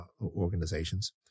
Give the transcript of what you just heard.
organizations